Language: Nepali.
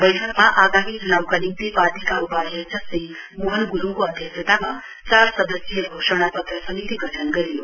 बैठकमा आगामी च्नाउका निम्ति पार्टीका उपाध्यक्ष श्री मोहन ग्रूङज्यूको अध्यक्षतामा चार सदस्यबीच घोषणा पत्र समिति गठन गरियो